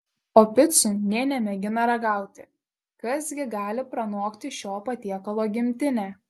o picų nė nemėgina ragauti kas gi gali pranokti šio patiekalo gimtinę